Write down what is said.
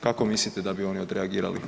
Kako mislite da bi oni odreagirali?